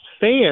fans –